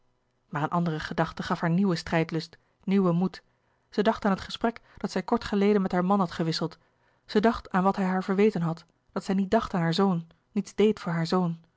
maar een andere gedachte gaf haar nieuwen strijdlust nieuwen moed zij dacht aan het gesprek dat zij kort geleden met haar man had gewisseld zij dacht aan wat hij haar verweten had dat zij niet dacht aan haar zoon niets deed voor haar zoon